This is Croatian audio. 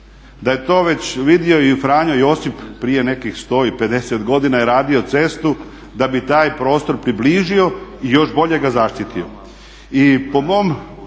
Da je to već vidio i Franjo Josip prije nekih 150 godina je radio cestu da bi taj prostor približio i još bolje ga zaštitio.